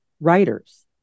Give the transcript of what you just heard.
writers